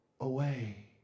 away